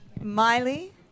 Miley